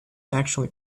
actually